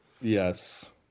Yes